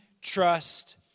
trust